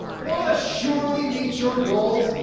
want to surely meet your goals,